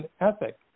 ethic